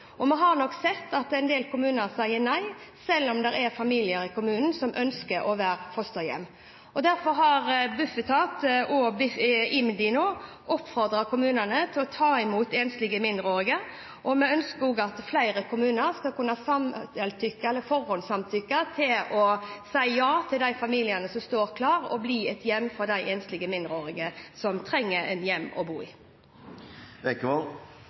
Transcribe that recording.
Vi har nok sett at en del kommuner sier nei, selv om det er familier i kommunen som ønsker å være fosterhjem. Derfor har Bufetat og IMDi oppfordret kommunene til å ta imot enslige mindreårige, og vi ønsker også at flere kommuner skal kunne forhåndssamtykke og si ja til de familiene som står klar til å bli et hjem for de enslige mindreårige som trenger et hjem å bo